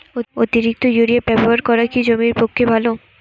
অতিরিক্ত ইউরিয়া ব্যবহার কি জমির পক্ষে ভালো?